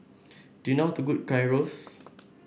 do you know how to cook Gyros